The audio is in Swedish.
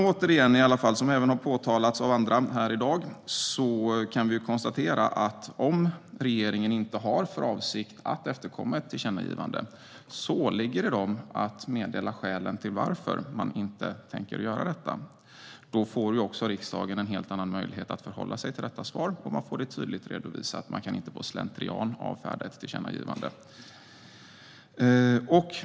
Återigen - som även har påpekats av andra här i dag - kan vi konstatera att om regeringen inte har för avsikt att efterkomma ett tillkännagivande åligger det den att meddela skälen till att man inte tänker göra detta. Då får riksdagen också en helt annan möjlighet att förhålla sig till detta svar, och man får det tydligt redovisat att man inte på slentrian kan avfärda ett tillkännagivande.